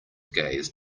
gaze